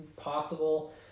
possible